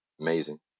Amazing